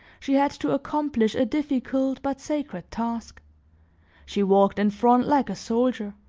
she had to accomplish a difficult but sacred task she walked in front like a soldier,